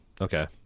Okay